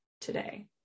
today